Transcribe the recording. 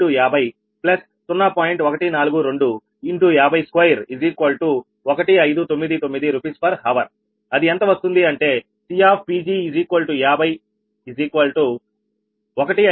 142×5021599 Rshrఅది ఎంత వస్తుంది అంటే CPg501599 Rshr